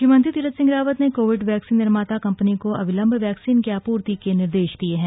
मुख्यमंत्री तीरथ सिंह रावत ने COVID vaccine निर्माता कम्पनी को अविलम्ब बैक्सीन की आपूर्ति के निर्देश दिये है